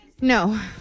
No